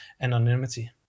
anonymity